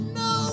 no